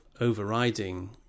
overriding